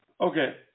Okay